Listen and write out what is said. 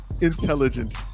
intelligent